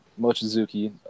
Mochizuki